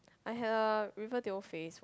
I had a Riverdale phase